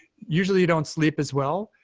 usually, you don't sleep as well.